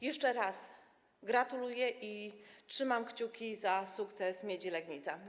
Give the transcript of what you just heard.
Jeszcze raz gratuluję i trzymam kciuki za sukces Miedzi Legnica.